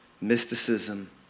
Mysticism